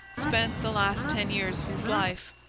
spent the last ten years of his life,